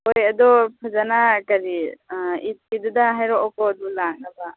ꯍꯣꯏ ꯑꯗꯣ ꯐꯖꯅ ꯀꯔꯤ ꯑ ꯏꯤꯠꯀꯤꯗꯨꯗ ꯍꯥꯏꯔꯛꯑꯣꯀꯣ ꯑꯗꯨ ꯂꯥꯛꯅꯕ